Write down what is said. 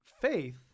faith